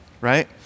right